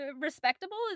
respectable